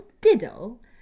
diddle